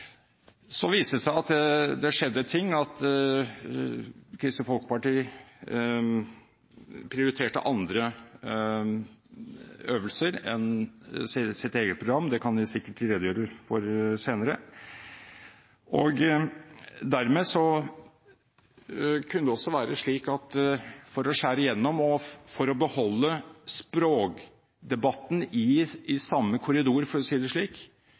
Så viste det seg at det skjedde ting, at Kristelig Folkeparti prioriterte andre øvelser enn sitt eget program – det kan de sikkert redegjøre for senere – og for å skjære igjennom, og for å beholde språkdebatten i samme korridor, for å si det slik,